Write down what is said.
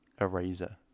eraser